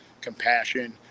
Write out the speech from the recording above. compassion